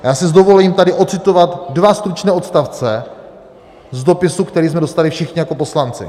A já si dovolím tady odcitovat dva stručné odstavce z dopisu, který jsme dostali všichni jako poslanci: